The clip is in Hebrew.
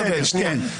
בסדר, כן.